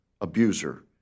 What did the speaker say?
abuser